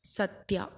Sathya